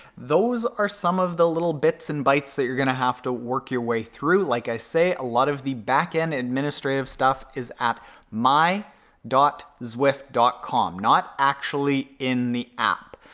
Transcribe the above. those are some of the little bits and bites that you're gonna have to work your way through. like i say, a lot of the back end administrative stuff, it is at my dot zwift dot com. not actually in the app.